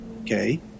okay